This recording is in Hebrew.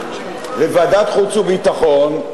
לוועדת חוץ וביטחון.